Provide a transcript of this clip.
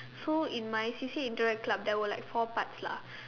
so in my C_C_A interact club there were like four parts lah